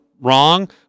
wrong